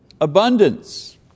abundance